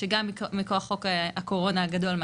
שהן גם מכוח חוק הקורונה הגדול.